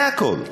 זה הכול.